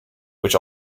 which